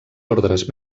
ordres